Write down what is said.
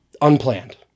unplanned